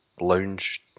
lounge